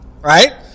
right